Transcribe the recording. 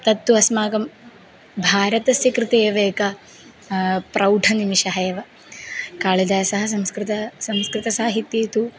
तत्तु अस्माकं भारतस्य कृते एव एका प्रौढनिमेषः एव कालिदासः संस्कृतं संस्कृतसाहित्ये तु